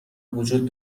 وجود